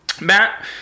Matt